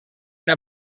una